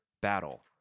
battle